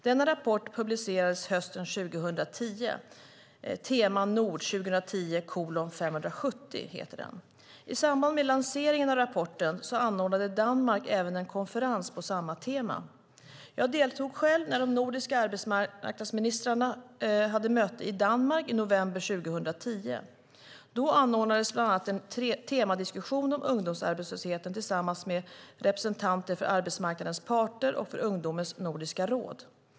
Denna rapport publicerades hösten 2010 . I samband med lanseringen av rapporten anordnade Danmark även en konferens på samma tema. Jag deltog själv när det nordiska arbetsmarknadsministermötet hölls i Danmark i november 2010. Då anordnades bland annat en temadiskussion om ungdomsarbetslösheten tillsammans med representanter för arbetsmarknadens parter och för Ungdomens Nordiska råd.